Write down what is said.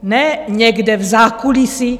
Ne někde v zákulisí.